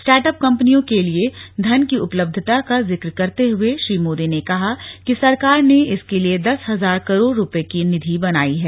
startup कम्पनियों के लिए धन की उपलब्धता का जिक्र करते हए श्री मोदी ने कहा कि सरकार ने इसके लिए दस हजार करोड़ रूपये की निधि बनाई है